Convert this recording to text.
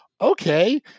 okay